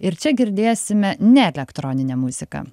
ir čia girdėsime ne elektroninę muziką